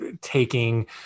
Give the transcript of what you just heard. taking